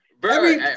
Bro